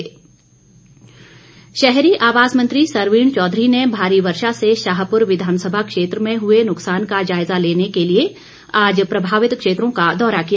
सरवीण चौघरी शहरी आवास मंत्री सरवीण चौधरी ने भारी वर्षा से शाहपुर विधानसभा क्षेत्र में हुए नुक्सान का जायजा लेने के लिए आज प्रभावित क्षेत्रों का दौरा किया